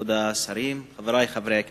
כבוד השרים, חברי חברי הכנסת,